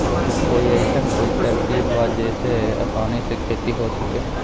कोई अइसन कोई तरकीब बा जेसे आसानी से खेती हो सके?